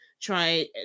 try